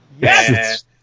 Yes